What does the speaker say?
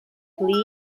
please